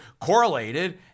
correlated